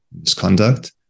misconduct